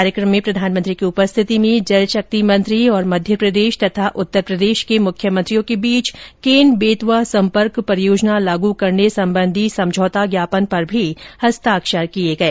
कार्यक्रम में प्रधानमंत्री की उपस्थिति में जल शक्ति मंत्री और मध्य प्रदेश तथा उत्तर प्रदेश के मुख्यमंत्रियों के बीच केन बेतवा संपर्क परियोजना लागू करने संबंधी समझौता ज्ञापन पर भी हस्ताक्षर किए गए